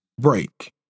break